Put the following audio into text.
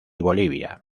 bolivia